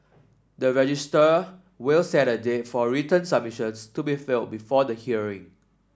the registrar will set a date for written submissions to be filed before the hearing